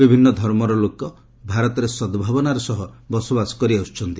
ବିଭିନ୍ନ ଧର୍ମର ଲୋକ ଭାରତରେ ସଦ୍ଭାବନାର ସହ ବସବାସ କରିଆସୁଛନ୍ତି